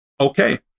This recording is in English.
Okay